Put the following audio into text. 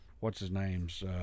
what's-his-name's